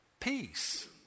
Peace